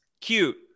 Cute